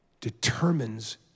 determines